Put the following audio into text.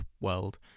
world